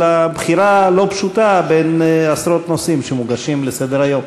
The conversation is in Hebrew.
אלא בחירה לא פשוטה בין עשרות נושאים שמוגשים לסדר-היום.